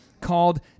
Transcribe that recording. called